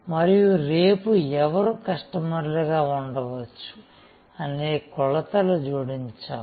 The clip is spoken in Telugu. మరియు రేపు ఎవరు కస్టమర్లు గా ఉండవచ్చు అనే కొలతలు జోడించాము